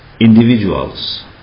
individuals